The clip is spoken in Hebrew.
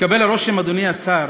מתקבל הרושם, אדוני השר,